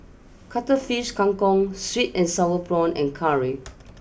Cuttlefish Kang Kong sweet and Sour Prawns and Curry